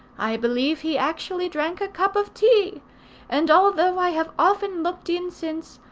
i believe he actually drank a cup of tea and although i have often looked in since,